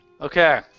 Okay